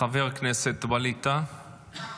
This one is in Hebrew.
חבר הכנסת ווליד טאהא,